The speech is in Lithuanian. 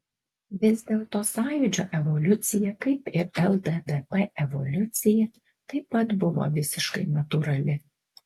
vis dėlto sąjūdžio evoliucija kaip ir lddp evoliucija taip pat buvo visiškai natūrali